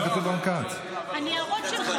רון כץ.